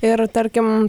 ir tarkim